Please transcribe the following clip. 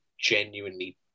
genuinely